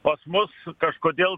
pas mus kažkodėl